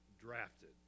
drafted